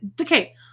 Okay